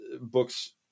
books